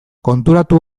konturatu